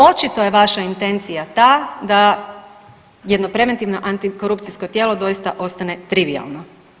Očito je vaša intencija ta da jedno preventivno antikorupcijsko tijelo doista ostane trivijalno.